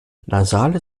nasale